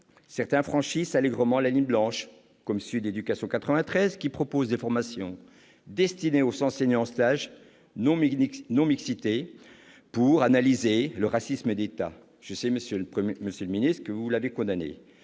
Certains franchissent allègrement la ligne blanche, comme Sud Éducation 93, qui propose des formations non mixtes destinées aux enseignants en stage pour analyser le racisme d'État ... Je sais, monsieur le ministre, que vous avez condamné